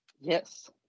Yes